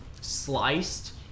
sliced